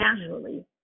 casually